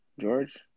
George